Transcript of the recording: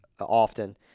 often